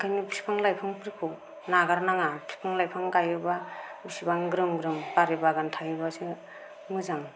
ओंखायनो बिफां लाइफांफोरखौ नागार नाङा बिफां लाइफां गायोबा एसेबां ग्रोम ग्रोम बारि बागान थायोबासो मोजां